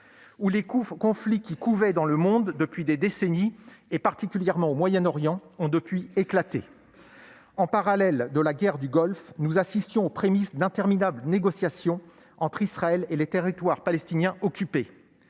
où les conflits qui couvaient dans le monde depuis des décennies, et particulièrement au Moyen-Orient, ont depuis éclaté. En parallèle de la guerre du Golfe, nous assistions aux prémices d'interminables négociations entre Israël et les territoires palestiniens occupés,